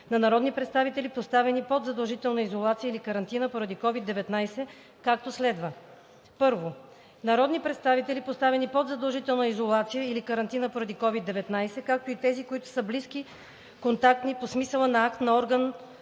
на народни представители, поставени под задължителна изолация или карантина поради COVID-19, както следва: 1. Народни представители, поставени под задължителна изолация или карантина поради COVID-19, както и тези, които са близки контактни по смисъла на акт на орган